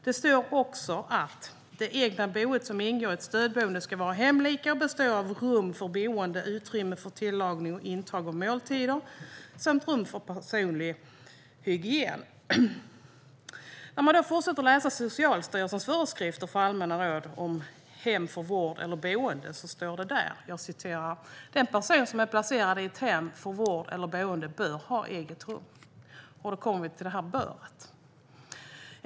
Det står också: "De egna boenden som ingår i ett stödboende ska vara hemlika och bestå av rum för boende, utrymme för tillagning och intag av måltider samt rum för personlig hygien." Om man fortsätter med att läsa Socialstyrelsens föreskrifter och allmänna råd om hem för vård eller boende ser man att det står: "Den person som är placerad i ett hem för vård eller boende bör ha ett eget rum." Då kommer vi till detta "bör".